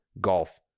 golf